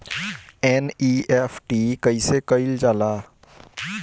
NEFT कइसे कइल जाला?